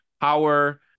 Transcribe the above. Power